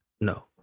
No